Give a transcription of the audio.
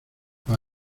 los